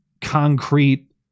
concrete